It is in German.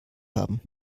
haben